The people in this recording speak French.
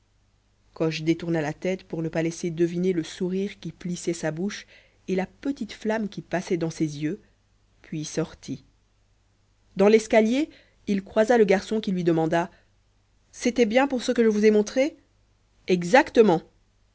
coche détourna la tête pour ne pas laisser deviner le sourire qui plissait sa bouche et la petite flamme qui passait dans ses yeux puis sortit dans l'escalier il croisa le garçon qui lui demanda c'était bien pour ce que je vous ai montré exactement